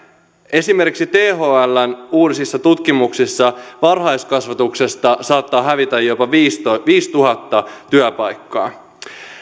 esimerkiksi thln uusissa tutkimuksissa varhaiskasvatuksesta saattaa hävitä jopa viisituhatta viisituhatta työpaikkaa